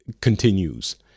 continues